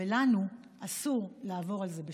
ולנו אסור לעבור על זה בשתיקה.